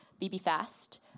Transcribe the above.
BBFast